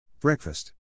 Breakfast